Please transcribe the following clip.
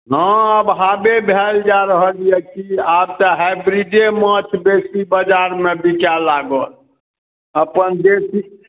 हँ आब हवे भेल जा रहल यऽ कि आब तऽ हाइब्रिडे माछ बेसी बाजारमे बिकाय लागल अपन देशी